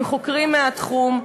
עם חוקרים מהתחום,